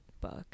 book